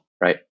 right